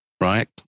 right